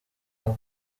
aba